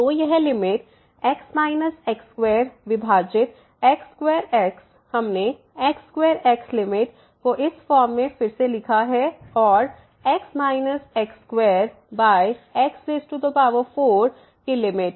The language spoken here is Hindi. तो यह लिमिट x x2 विभाजित x2x हमने x2x लिमिट को इस फॉर्म में फिर से लिखा है और x x2x4की लिमिट